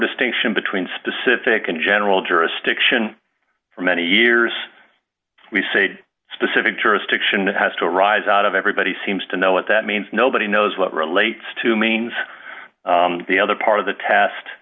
distinction between specific and general jurisdiction for many years we say a specific jurisdiction has to arise out of everybody seems to know what that means nobody knows what relates to means the other part of the test